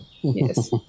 yes